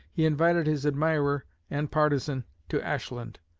he invited his admirer and partisan to ashland.